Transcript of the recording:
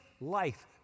life